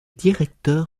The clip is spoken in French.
directeur